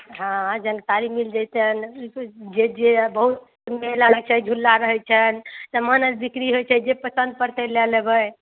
हँ जनकारी मिल जयतनि जे जे बहुत मेला लगैत छै झुला रहैत छनि समानो आर बिक्री होयत छनि जे पसन्द पड़तै लै लेबै